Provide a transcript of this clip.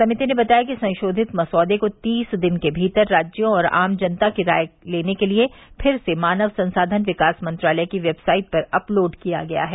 समिति ने बताया कि संशोधित मसौदे को तीस दिन के भीतर राज्यों और आम जनता की राय लेने के लिए फिर से मानव संसाधन विकास मंत्रालय की वेबसाइट पर अपलोड किया गया है